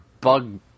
bug